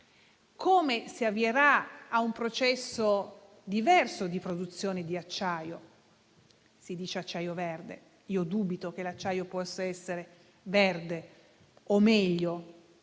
Come si avvierà un processo diverso di produzione di acciaio? Si parla di acciaio verde, ma dubito che l'acciaio possa essere verde; o meglio,